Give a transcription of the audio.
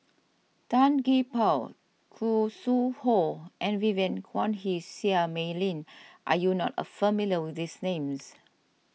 Tan Gee Paw Khoo Sui Hoe and Vivien Quahe Seah Mei Lin are you not familiar with these names